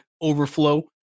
overflow